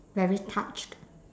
very touched